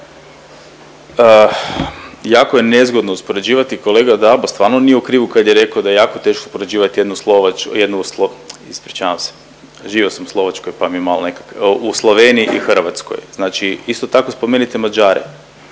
Jako je nezgodno uspoređivati, kolega Dabo stvarno nije u krivu kad je rekao da je teško uspoređivati jednu Slovačku, jednu .../nerazumljivo/... ispričavam se, živio sam u Slovačkoj pa mi je malo nekak, u Sloveniji i Hrvatskoj. Znači isto tako spomenite Mađare,